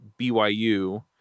BYU